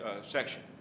section